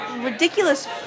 ridiculous